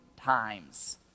times